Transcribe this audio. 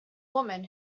woman